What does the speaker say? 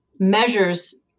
measures